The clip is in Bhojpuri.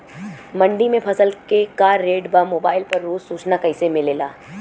मंडी में फसल के का रेट बा मोबाइल पर रोज सूचना कैसे मिलेला?